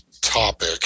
topic